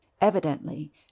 Evidently